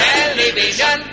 Television